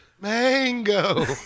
Mango